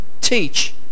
teach